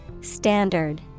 Standard